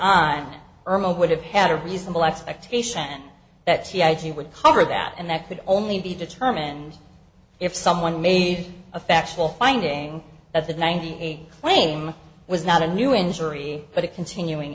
irma would have had a reasonable expectation that she actually would cover that and that could only be determined if someone made a factual finding that the ninety eight claim was not a new injury but a continuing